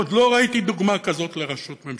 עוד לא ראיתי דוגמה כזאת לראשות ממשלה.